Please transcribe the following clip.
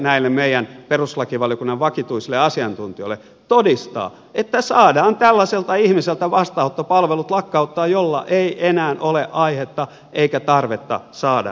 näille meidän peruslakivaliokunnan vakituisille asiantuntijoille todistaa että saadaan tällaiselta ihmiseltä vastaanottopalvelut lakkauttaa jolla ei enää ole aihetta eikä tarvetta saada vastaanottopalveluja